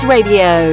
Radio